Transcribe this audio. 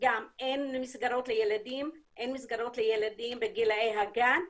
אין מסגרות לילדים, אין מסגרות לילדים בגילאי הגן,